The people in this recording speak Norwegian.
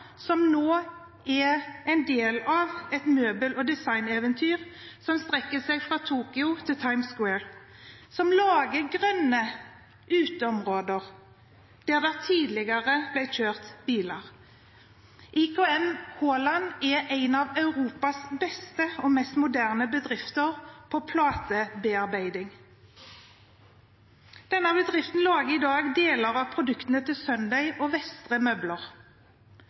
som nå er en del av et møbel- og designeventyr som strekker seg fra Tokyo til Times Square, som lager grønne uteområder der det tidligere ble kjørt biler. IKM Haaland er en av Europas beste og mest moderne bedrifter innen platebearbeiding. Denne bedriften lager i dag deler av møbelproduktene til Sundays og Vestre.